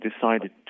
decided